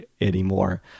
anymore